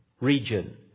region